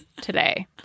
today